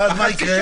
ואז מה יקרה?